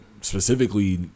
specifically